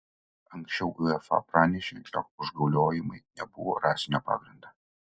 anksčiau uefa pranešė jog užgauliojimai nebuvo rasinio pagrindo